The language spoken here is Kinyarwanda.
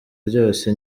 ryose